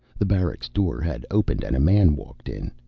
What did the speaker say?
the barracks' door had opened and a man walked in.